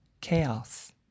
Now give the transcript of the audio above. chaos